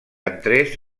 entrés